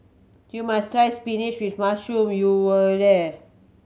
you must try spinach with mushroom when you are here